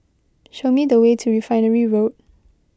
show me the way to Refinery Road